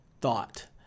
thought